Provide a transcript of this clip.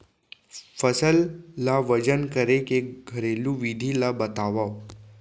फसल ला वजन करे के घरेलू विधि ला बतावव?